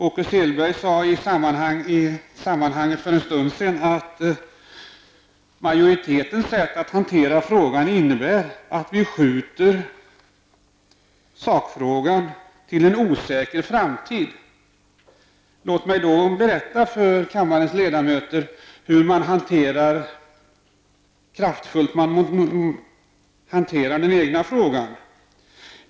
Åke Selberg sade för en stund sedan i sammanhanget att majoritetens sätt att hantera frågan innebär att sakfrågan skjuts till en osäker framtid. Låt mig då berätta för kammarens ledamöter hur kraftfullt socialdemokraterna hanterar den egna frågan.